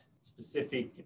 specific